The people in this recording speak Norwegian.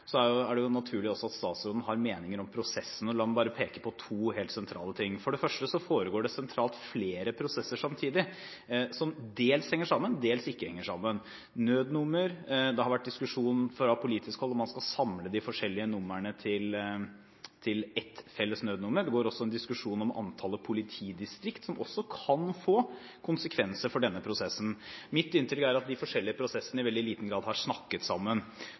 prosessen. La meg bare peke på to helt sentrale ting. For det første foregår det sentralt flere prosesser samtidig, som dels henger sammen, dels ikke henger sammen. Det går på nødnummer – det har vært diskusjon fra politisk hold om man skal samle de forskjellige numrene til et felles nødnummer – og det går også en diskusjon om antallet politidistrikt, som også kan få konsekvenser for denne prosessen. Mitt inntrykk er at de forskjellige prosessene i veldig liten grad har snakket sammen.